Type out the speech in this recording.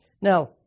Now